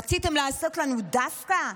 רציתם לעשות לנו דווקא?